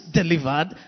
delivered